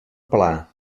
pla